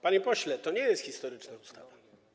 Panie pośle, to nie jest historyczna ustawa.